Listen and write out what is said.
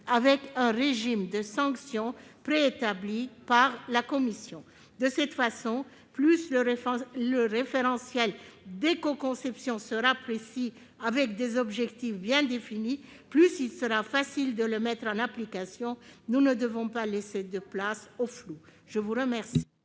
d'un régime de sanctions préétabli par la commission. Plus le référentiel d'écoconception sera précis, mieux ses objectifs seront définis, plus il sera facile de le mettre en application. Nous ne devons pas laisser de place au flou. Quel